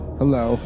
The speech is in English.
hello